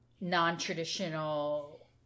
non-traditional